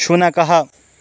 शुनकः